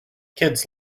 kids